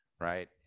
right